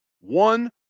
One